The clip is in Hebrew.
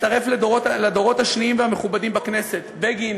מצטרף לדורות השניים והמכובדים בכנסת: בגין,